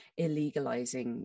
illegalizing